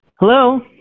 Hello